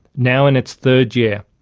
now in its third year,